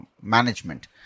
management